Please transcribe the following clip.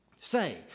Say